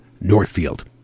Northfield